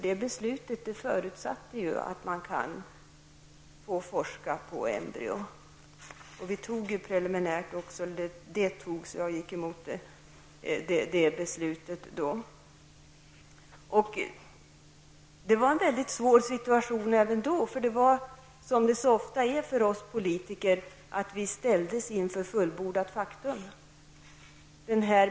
Det beslutet förutsatte att man kan få forska på embryon. Även det beslutet, jag gick emot det, fattades preliminärt då. Det var en mycket svår situation även då. Som så ofta är fallet för oss politiker, ställdes vi inför fullbordat faktum.